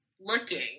Looking